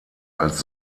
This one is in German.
als